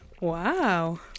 wow